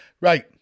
Right